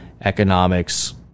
economics